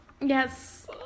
Yes